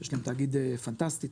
שיש לה תאגיד פנטסטי,